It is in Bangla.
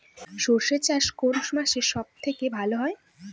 সর্ষে চাষ কোন মাসে সব থেকে ভালো হয়?